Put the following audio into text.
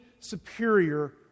superior